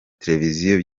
televiziyo